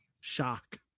Shock